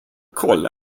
kolla